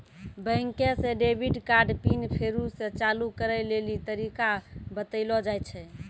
बैंके से debit card PIN फेरु से चालू करै लेली तरीका बतैलो जाय छै